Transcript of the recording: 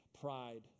pride